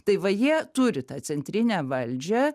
tai va jie turi tą centrinę valdžią